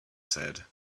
said